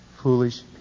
foolish